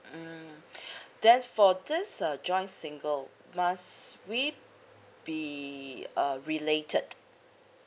mm then for this uh joint single must we be uh related